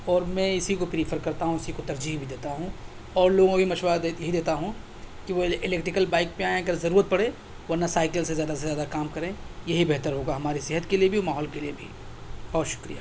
اور میں اسی کو پریفر کرتا ہوں اسی کو ترجیح بھی دیتا ہوں اور لوگوں کو مشورہ یہی دیتا ہوں کہ وہ الیکٹریکل بائک پہ آئیں اگر ضرورت پڑے ورنہ سائیکل سے زیادہ سے زیادہ کام کریں یہی بہتر ہوگا ہمارے صحت کے لیے بھی اور ماحول کے لیے بھی بہت شکریہ